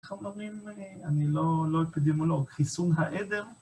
חומרים... אני לא אפדימולוג, חיסון העדר.